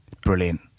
Brilliant